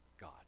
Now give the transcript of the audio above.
God